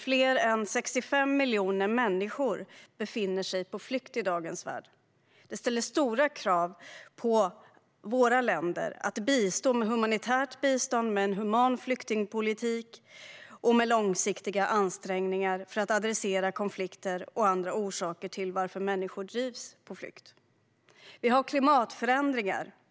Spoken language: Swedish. Fler än 65 miljoner människor befinner sig på flykt i dagens värld, vilket ställer stora krav på våra länder att bidra med humanitärt bistånd, med en human flyktingpolitik och med långsiktiga ansträngningar för att adressera konflikter och andra orsaker till att människor drivs på flykt. En annan utmaning är klimatförändringarna.